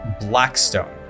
Blackstone